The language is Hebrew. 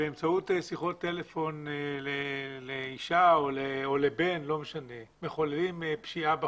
שבאמצעות שיחות טלפון לאישה או לבן מחוללים פשיעה בחוץ,